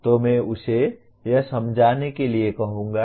तो मैं उसे यह समझाने के लिए कहूंगा